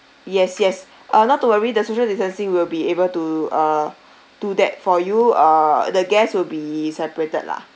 yes yes ah not too worry the social distancing will be able to uh do that for you uh the guests will be separated lah